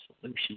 solution